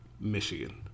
Michigan